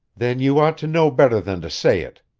then you ought to know better than to say it,